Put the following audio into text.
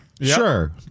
Sure